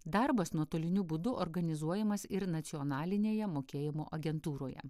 darbas nuotoliniu būdu organizuojamas ir nacionalinėje mokėjimo agentūroje